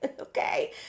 Okay